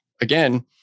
again